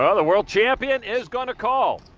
the world champion is going to call.